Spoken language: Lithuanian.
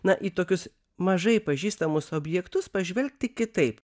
na į tokius mažai pažįstamus objektus pažvelgti kitaip